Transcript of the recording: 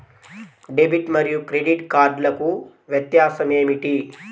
Debit మరియు credit కార్డ్లకు వ్యత్యాసమేమిటీ?